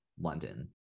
London